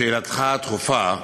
לשאלתך הדחופה: